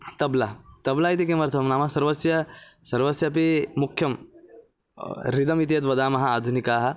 तब्ला तब्ला इति किमर्थं नाम सर्वस्य सर्वस्यपि मुख्यं हृदम् इति यत् वदामः आधुनिकाः